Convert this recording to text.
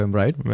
right